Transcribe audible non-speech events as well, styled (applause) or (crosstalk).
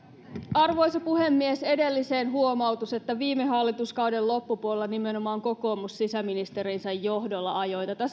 arvoisa puhemies edelliseen huomautus että viime hallituskauden loppupuolella nimenomaan kokoomus sisäministeriensä johdolla ajoi tätä (unintelligible)